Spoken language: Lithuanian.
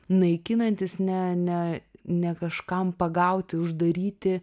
naikinantis ne ne ne kažkam pagauti uždaryti